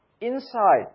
inside